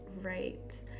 right